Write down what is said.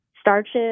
starches